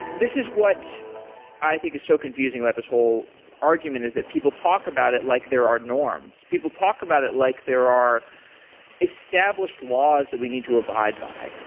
is what i think is so confusing about this whole argument is that people talk about it like there are norms. people talk about it like there are established laws that we need to abide by.